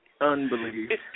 Unbelievable